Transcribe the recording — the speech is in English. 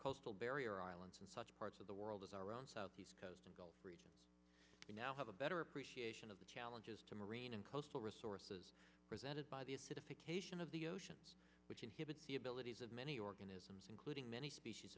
coastal barrier islands and such parts of the world that are around south east coast and gulf region we now have a better appreciation of the challenges to marine and coastal resources presented by the acidification of the oceans which inhibits the abilities of many organisms including many species